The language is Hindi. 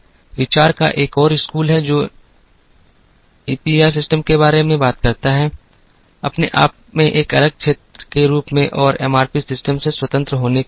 विचार का एक और स्कूल है जो ईपीआर सिस्टम के बारे में बात करता है अपने आप में एक अलग क्षेत्र के रूप में और एमआरपी सिस्टम से स्वतंत्र होने के नाते